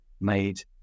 made